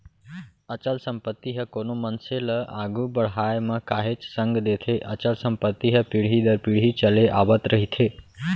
अचल संपत्ति ह कोनो मनसे ल आघू बड़हाय म काहेच संग देथे अचल संपत्ति ह पीढ़ी दर पीढ़ी चले आवत रहिथे